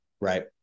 right